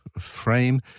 frame